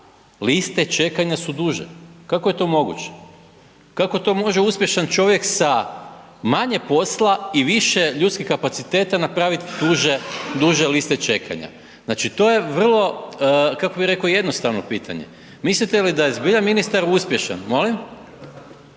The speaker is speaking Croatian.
liste čekanja su duže. Kako je to moguće? Kako to može uspješan čovjek sa manje posla i više ljudskih kapaciteta napraviti duže liste čekanja? To je vrlo, kako bi rekao jednostavno pitanje. Mislite li zbilja da je ministar uspješan? …